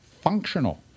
functional